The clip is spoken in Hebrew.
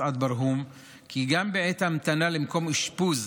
מסעד ברהום כי גם בעת המתנה למקום אשפוז,